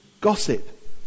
gossip